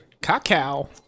cacao